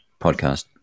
podcast